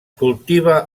cultiva